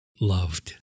loved